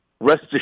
rest